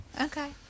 Okay